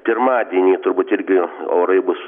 pirmadienį turbūt irgi orai bus